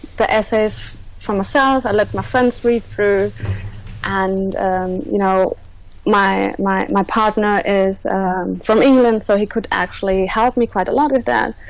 the essays for myself i let my friends read through and you know my my partner is from england so he could actually help me quite a lot with that